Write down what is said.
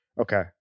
Okay